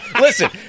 listen